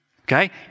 okay